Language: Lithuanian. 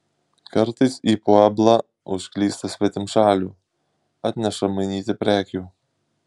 kartais į pueblą užklysta svetimšalių atneša mainyti prekių